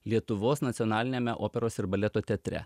lietuvos nacionaliniame operos ir baleto teatre